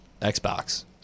Xbox